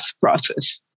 process